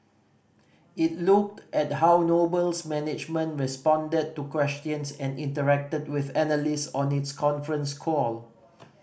it looked at how Noble's management responded to questions and interacted with analyst on its conference call